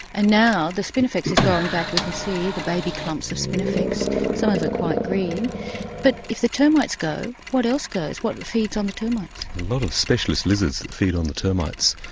ah now the spinifex has grown back we can see the baby clumps of spinifex some of it quite green but if the termites go, what else goes, what feeds on the termites? a lot of specialist lizards that feed on the termites,